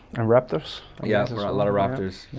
and raptors. yeah a lot of raptors.